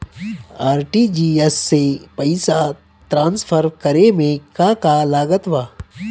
RTGS से पईसा transfer करे मे का का लागत बा?